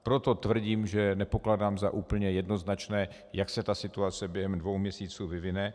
Proto tvrdím, že nepokládám za úplně jednoznačné, jak se ta situace během dvou měsíců jednoznačně vyvine.